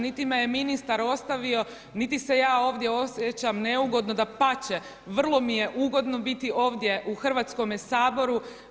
Niti me je ministar ostavio, niti se ja ovdje osjećam neugodno, dapače, vrlo mi je ugodno biti ovdje u Hrvatskome saboru.